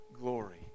glory